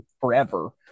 forever